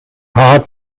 heart